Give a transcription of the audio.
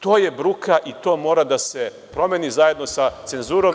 To je bruka, i to mora da se promeni zajedno sa cenzurom.